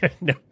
no